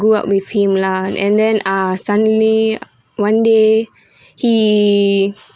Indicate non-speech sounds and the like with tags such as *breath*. grew up with him lah and then ah suddenly one day *breath* he